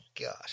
God